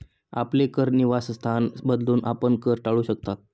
आपले कर निवासस्थान बदलून, आपण कर टाळू शकता